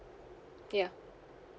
yeah